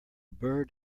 bird